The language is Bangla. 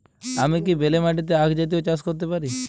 আমি কি বেলে মাটিতে আক জাতীয় চাষ করতে পারি?